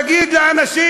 תגיד לאנשים,